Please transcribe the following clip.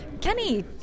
Kenny